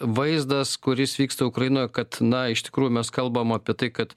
vaizdas kuris vyksta ukrainoje kad na iš tikrųjų mes kalbam apie tai kad